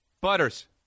butters